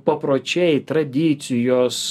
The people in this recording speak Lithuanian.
papročiai tradicijos